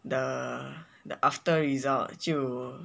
the the after result 就